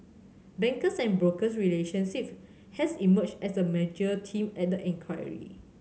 banks and broker have emerged as a major theme at the inquiry